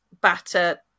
batter